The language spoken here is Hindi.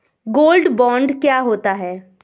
गोल्ड बॉन्ड क्या होता है?